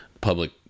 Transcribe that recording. public